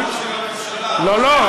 לא לא,